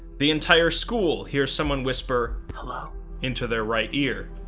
the entire school hears someone whisper hello into their right ear,